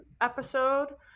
episode